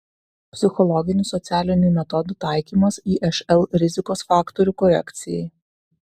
psichologinių socialinių metodų taikymas išl rizikos faktorių korekcijai